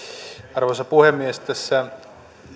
arvoisa puhemies tässä